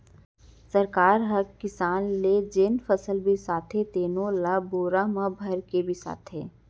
सरकार ह किसान ले जेन फसल बिसाथे तेनो ल बोरा म भरके बिसाथे